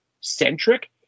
centric